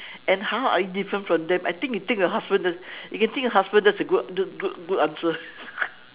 and how are you different from them I think you take your husband you can think of your husband that is a good good answer